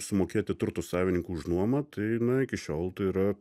sumokėti turto savininkui už nuomą tai na iki šiol tai yra